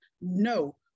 No